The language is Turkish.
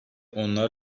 onlar